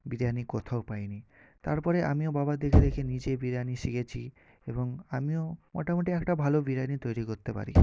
বিরিয়ানি কোথাও পাই নি তারপরে আমিও বাবার দেখে দেখে নিজে বিরিয়ানি শিখেছি এবং আমিও মোটামুটি একটা ভালো বিরিয়ানি তৈরি করতে পারি